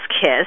kiss